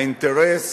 האינטרס